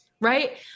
Right